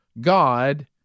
God